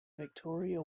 victoria